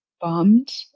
bummed